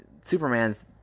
Superman's